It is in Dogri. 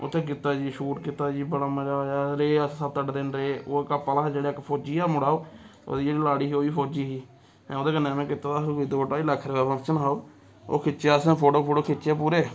उत्थै कीता जी शूट कीता जी बड़ा मजा आया रेह् अस सत्त अट्ठ दिन रेह् ओह् कपल हा जेह्ड़ा इक फौजी हा मुड़ा ओह् ओह्दी जेह्ड़ी लाड़ी ही ओह् बी फौजी ही ओह्दे कन्नै में कीता दा हा कोई दो ढाई लक्ख रपेआ फंक्शन हा ओह् खिच्चेआ असें फोटो फोटो खिच्चे पूरे